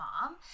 mom